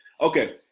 Okay